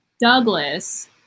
Douglas